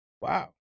Wow